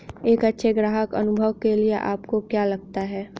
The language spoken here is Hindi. एक अच्छे ग्राहक अनुभव के लिए आपको क्या लगता है?